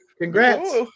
congrats